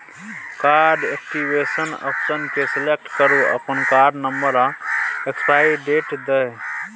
card activation option केँ select करु अपन कार्ड नंबर आ एक्सपाइरी डेट दए